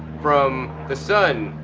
from the sun,